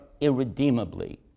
irredeemably